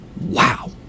wow